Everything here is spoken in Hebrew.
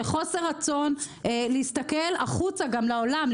חוסר רצון להסתכל החוצה לעולם,